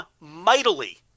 mightily